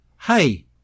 Hey